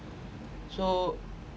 so